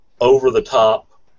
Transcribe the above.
over-the-top